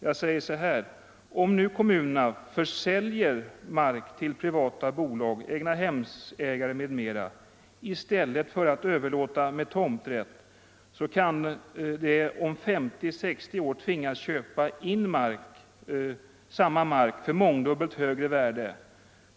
Jag sade så här: ”Om nu kommunerna försäljer mark till privata bolag, egnahemsägare m.m., i stället för att överlåta med tomträtt, så kan de om 50-60 år tvingas köpa in samma mark för mångdubbelt högre värde.